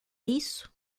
isso